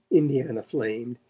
indiana flamed.